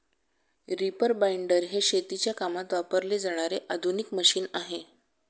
reaper binder हे शेतीच्या कामात वापरले जाणारे आधुनिक मशीन आहे